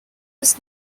was